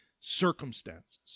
circumstances